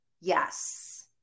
yes